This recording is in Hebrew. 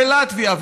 בלטביה,